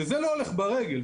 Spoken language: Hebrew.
שזה לא הולך ברגל.